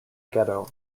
ghetto